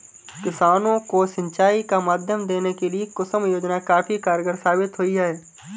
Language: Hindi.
किसानों को सिंचाई का माध्यम देने के लिए कुसुम योजना काफी कारगार साबित हुई है